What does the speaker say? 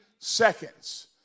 seconds